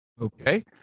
Okay